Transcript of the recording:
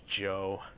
joe